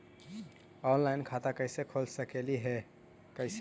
Online खाता कैसे खोल सकली हे कैसे?